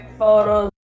photos